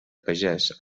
pagès